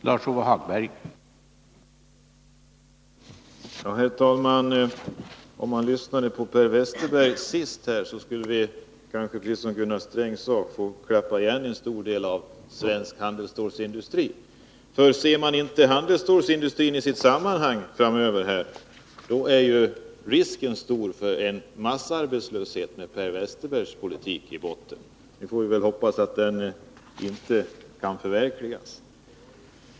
Herr talman! Om man verkligen lyssnade på vad Per Westerberg sade skulle vi kanske, precis som Gunnar Sträng sade, få klappa igen en stor del av svensk handelsstålsindustri. Om man inte ser den i sitt sammanhang framöver blir nämligen risken stor för en massarbetslöshet — med Per Westerbergs politik i botten. Vi får hoppas att den inte förverkligas.